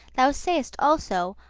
thou say'st also,